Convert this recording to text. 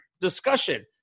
discussion